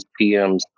PMs